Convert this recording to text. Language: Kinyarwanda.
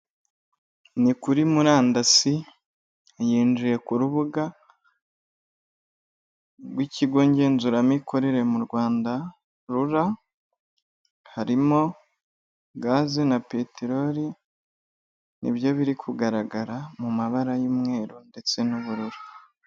Ni kuri murandasi yinjiye ku rubuga rw'ikigo ngenzuramikorere mu Rwanda rura harimo gaze na peteroli, ni byo biri kugaragara mu mabara y'umweru ndetse n'ubururu.